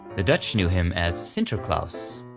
the dutch knew him as sinterklaas,